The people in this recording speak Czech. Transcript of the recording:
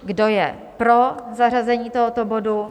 Kdo je pro zařazení tohoto bodu?